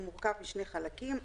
והוא מורכב משני חלקים.